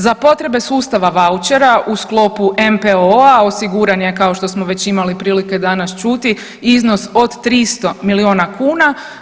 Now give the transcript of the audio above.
Za potrebe sustava vouchera u sklopu MPO-a osiguran je kao što smo već imali prilike danas čuti iznos od 300 milijuna kuna.